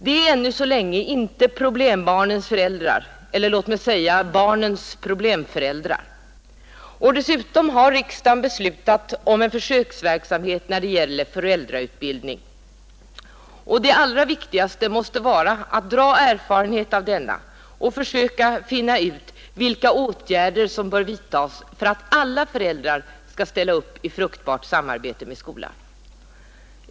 Det är ännu så länge inte problembarnens föräldrar eller låt mig säga barnens problemföräldrar. Dessutom har riksdagen beslutat om en försöksverksamhet när det gäller föräldrautbildning. Det allra viktigaste måste vara att dra erfarenhet av denna och försöka finna ut vilka åtgärder som bör vidtagas för att få alla föräldrar att ställa upp i fruktbart samarbete med skolan.